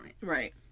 Right